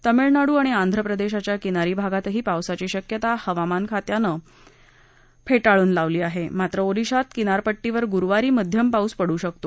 तमिळनाडू आणि आंध्र प्रदर्शीच्या किनारी भागातही पावसाची शक्यता हवामान खात्यानं फटाळून लावली आहा झात्र ओदिशात किनारपट्टीवर गुरुवारी मध्यम पाऊस पडू शकतो